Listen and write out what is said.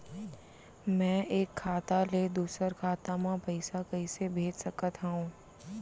मैं एक खाता ले दूसर खाता मा पइसा कइसे भेज सकत हओं?